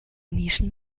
nischen